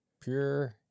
Pure